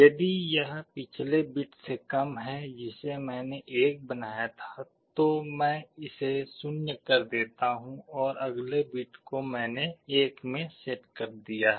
यदि यह पिछले बिट से कम है जिसे मैंने 1 बनाया था तो मैं इसे 0 कर देता हूं और अगले बिट को मैंने 1 में सेट कर दिया है